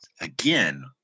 again